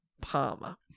Palmer